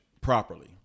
properly